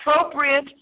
Appropriate